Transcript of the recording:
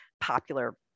popular